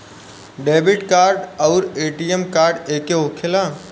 Debit card आउर ATM card एके होखेला?